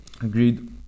Agreed